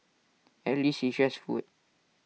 at least it's just food